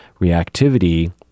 reactivity